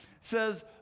says